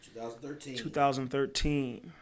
2013